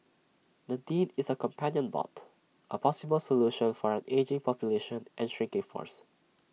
Nadine is A companion bot A possible solution for an ageing population and shrinking force